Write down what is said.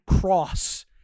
cross